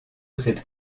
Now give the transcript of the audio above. cette